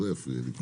הוא לא יפריע לי.